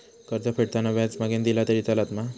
कर्ज फेडताना व्याज मगेन दिला तरी चलात मा?